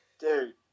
Dude